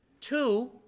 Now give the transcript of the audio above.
Two